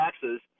taxes